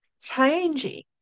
changing